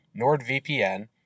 NordVPN